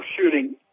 shooting